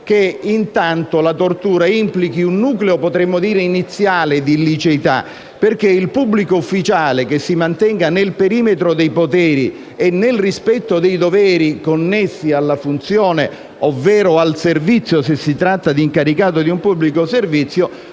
che intanto la tortura implichi un nucleo iniziale di illiceità. Infatti, il pubblico ufficiale che si mantenga nel perimetro dei poteri e nel rispetto dei doveri connessi alla funzione, ovvero al servizio se si tratta di incaricato di un pubblico servizio,